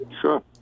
Sure